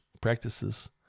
practices